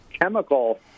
chemical